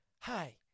Hi